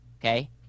okay